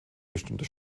bestimmter